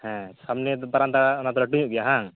ᱦᱮᱸ ᱥᱟᱢᱱᱮ ᱫᱚ ᱵᱟᱨᱮᱱᱫᱟ ᱚᱱᱟ ᱫᱚ ᱞᱟᱹᱴᱩ ᱧᱚᱜ ᱜᱮᱭᱟ ᱦᱮᱸᱵᱟᱝ